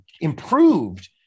improved